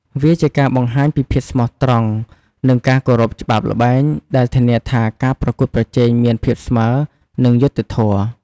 វាជាការបង្ហាញពីភាពស្មោះត្រង់ និងការគោរពច្បាប់ល្បែង ដែលធានាថាការប្រកួតប្រជែងមានភាពស្មើរ និងយុត្តិធម៌។